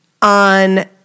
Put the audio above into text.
On